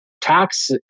tax